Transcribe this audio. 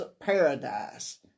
paradise